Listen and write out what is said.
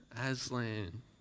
Aslan